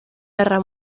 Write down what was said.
guerra